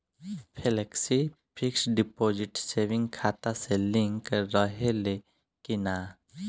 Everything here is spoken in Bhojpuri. फेलेक्सी फिक्स डिपाँजिट सेविंग खाता से लिंक रहले कि ना?